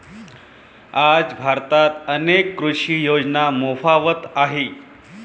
आज भारतात अनेक कृषी योजना फोफावत आहेत